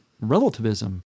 relativism